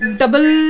double